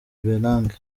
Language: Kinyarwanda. bellange